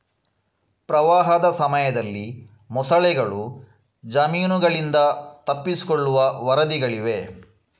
ಪ್ರವಾಹದ ಸಮಯದಲ್ಲಿ ಮೊಸಳೆಗಳು ಜಮೀನುಗಳಿಂದ ತಪ್ಪಿಸಿಕೊಳ್ಳುವ ವರದಿಗಳಿವೆ